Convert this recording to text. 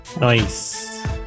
nice